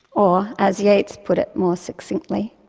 or, as yeats put it more succinctly